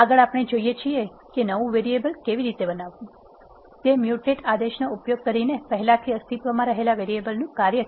આગળ આપણે જોઈએ છીએ કે નવું વેરીએબલ કેવી રીતે બનાવવું તે મ્યુટેટ આદેશનો ઉપયોગ કરીને પહેલાથી અસ્તિત્વમાં રહેલા વેરીએબલનું કાર્ય છે